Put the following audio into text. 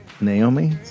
Naomi